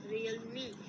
Realme